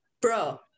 Bro